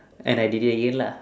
and I did it again lah